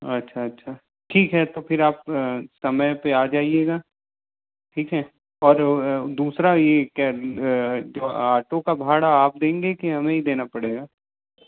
अच्छा अच्छा ठीक है तो फिर आप समय पर आ जाइएगा ठीक है और दूसरा ये ऑटो का भाड़ा आप देंगे कि हमें ही देना पड़ेगा